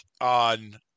on